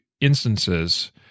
instances